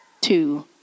two